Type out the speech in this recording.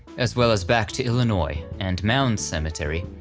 as well as back to illinois, and mound cemetery,